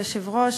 היושבת-ראש,